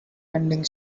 ending